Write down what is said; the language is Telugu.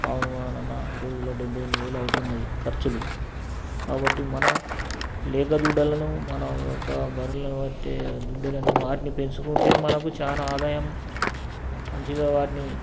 ఆవును కొనాలన్నా ఈరోజుల్లో డబ్భై ఎనభై వేలు అవుతున్నాయి ఖర్చులు కాబట్టి మన లేగ దూడలను మన ఒక బర్రెలు గట్టే దుడ్డెలను వాటిని పెంచుకుంటే మనకు చాలా ఆదాయం మంచిగా వాటిని